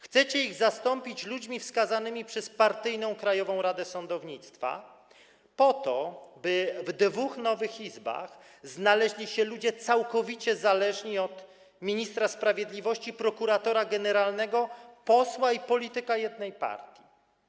Chcecie ich zastąpić ludźmi wskazanymi przez partyjną Krajową Radę Sądownictwa, po to by w dwóch nowych izbach znaleźli się ludzie całkowicie zależni od ministra sprawiedliwości - prokuratora generalnego, posła i polityka jednej partii.